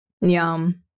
Yum